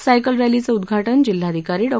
cycle रक्षीचं उदघाटन जिल्हाधिकारी डॉ